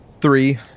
three